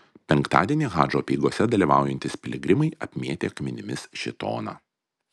penktadienį hadžo apeigose dalyvaujantys piligrimai apmėtė akmenimis šėtoną